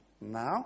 now